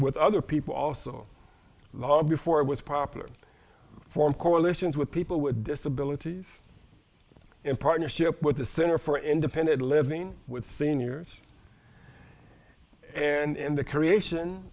with other people also before it was popular form coalitions with people with disabilities in partnership with the center for independent living with seniors and the creation